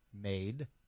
made